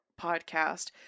podcast